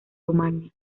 rumania